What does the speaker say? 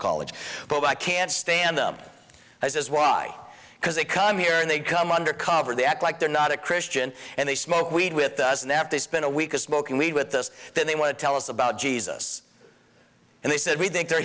college but i can't stand them i says why because they come here and they come undercover they act like they're not a christian and they smoke weed with us and they have to spend a week a smoking weed with us that they want to tell us about jesus and they said we think they're